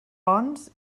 bons